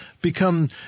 become